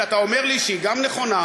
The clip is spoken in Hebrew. שאתה אומר לי שהיא גם נכונה,